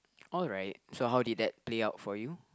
alright so how did that play out for you